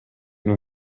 non